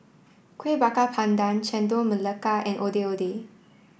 kuih bakar pandan chendol melaka and ondeh ondeh